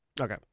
Okay